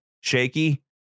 shaky